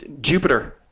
Jupiter